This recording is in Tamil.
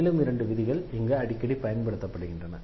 மேலும் இரண்டு விதிகள் இங்கு அடிக்கடி பயன்படுத்தப்படுகின்றன